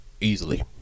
easily